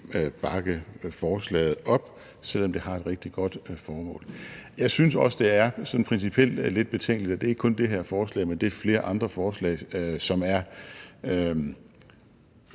bakke forslaget op, selv om det har et rigtig godt formål. Jeg synes også, det er sådan principielt lidt betænkeligt – og det er ikke kun det her forslag, men det er flere andre forslag, som er